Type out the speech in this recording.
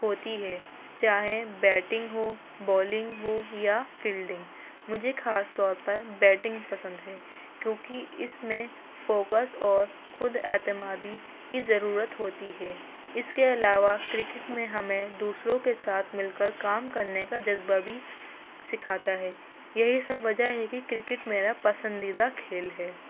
ہوتی ہے چاہے بیٹنگ ہو بالنگ ہو یا فیلڈنگ مجھے خاص طور پر بیٹنگ پسند ہے کیونکہ اس میں فوکس اور خود اعتمادی کی ضرورت ہوتی ہے اس کے علاوہ کرکٹ میں ہمیں دوسروں کے ساتھ مل کر کام کرنے کا جذبہ بھی سکھاتا ہے یہی سب وجہ ہے کہ کرکٹ میرا پسندیدہ کھیل ہے